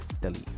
Delhi